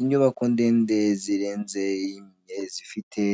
Inyubako ndende zirenze imwe zifite